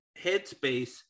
headspace